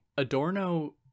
adorno